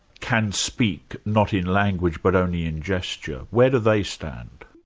can speak not in language but only in gesture? where do they stand?